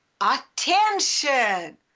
attention